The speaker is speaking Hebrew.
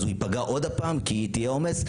אז הוא ייפגע עוד פעם כי יהיה עומס?